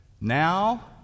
Now